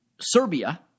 Serbia